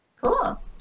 Cool